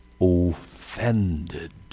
offended